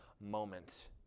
moment